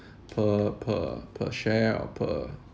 per per per share or per